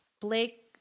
Blake